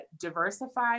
diversify